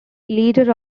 leader